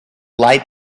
lied